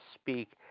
speak